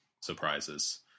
surprises